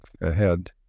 ahead